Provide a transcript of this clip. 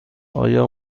آیا